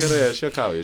gerai aš juokauju